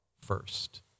first